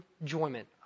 enjoyment